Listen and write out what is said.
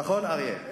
נכון, אריה?